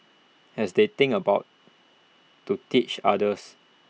as they think about to teach others